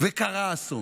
וקרה אסון.